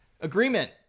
agreement